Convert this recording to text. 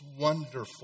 wonderful